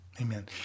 Amen